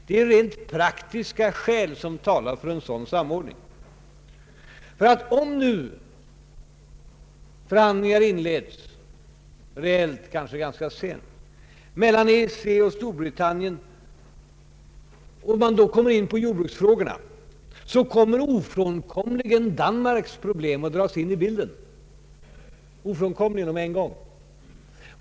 Det är rent praktiska skäl som talar för en sådan samordning, ty om förhandlingar nu inleds, reellt kanske ganska sent under året, mellan EEC och Storbritannien och man då tar upp jordbruksfrågorna, kommer ofrånkomligen och med en gång Danmarks problem att dras in i bilden.